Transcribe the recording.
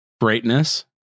Greatness